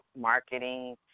marketing